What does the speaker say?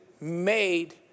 made